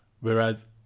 Whereas